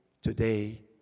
today